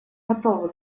готовы